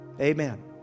Amen